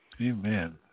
Amen